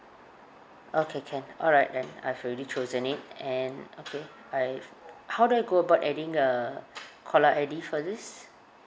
okay can alright then I've already chosen it and okay I've how do I go about adding a caller I_D for this